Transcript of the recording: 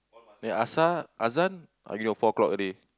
eh asar azan four o-clock already